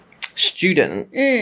students